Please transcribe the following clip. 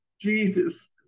Jesus